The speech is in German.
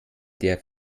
der